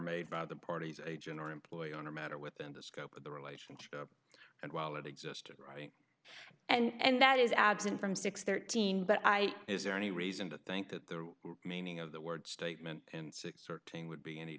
made by the parties a general employee on a matter within the scope of the relationship and while it existed right and that is absent from six thirteen but i is there any reason to think that the meaning of the word statement in six thirteen would be any